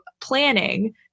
planning